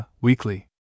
Weekly